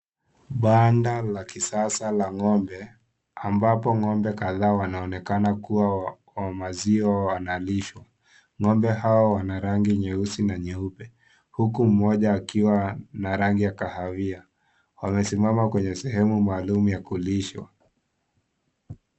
Banda la kisasa la ng'ombe ambapo ngombe kadhaa wanaonekana kuwa wa maziwa wanalishwa. Ng'ombe hao wana rangi nyeusi na nyeupe. Wamesimama kwenye sehemu maalum ya kulishwa.